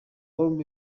bombi